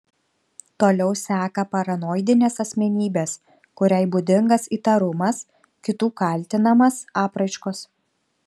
toliau seka paranoidinės asmenybės kuriai būdingas įtarumas kitų kaltinamas apraiškos